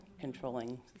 controlling